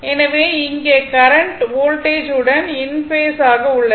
எனவே இங்கே current voltage உடன் இன் பேஸ் ஆக உள்ளது